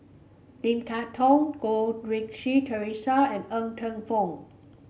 Lim Kay Tong Goh Rui Si Theresa and Ng Teng Fong